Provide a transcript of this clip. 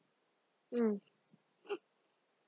mm